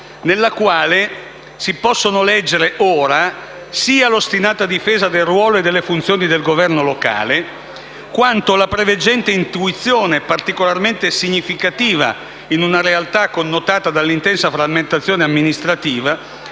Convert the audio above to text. nella quale si possono leggere ora tanto l'ostinata difesa del ruolo e delle funzioni del governo locale, quanto la preveggente intuizione, particolarmente significativa in una realtà connotata dall'intensa frammentazione amministrativa,